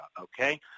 okay